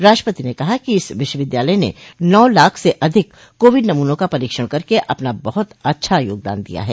राष्ट्रपति ने कहा कि इस विश्वविद्यालय ने नौ लाख से अधिक कोविड नमूनों का परीक्षण करके अपना बहुत अच्छा योगदान दिया है